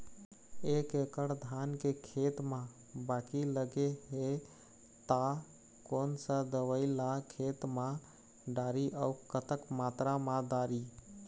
एक एकड़ धान के खेत मा बाकी लगे हे ता कोन सा दवई ला खेत मा डारी अऊ कतक मात्रा मा दारी?